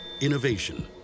Innovation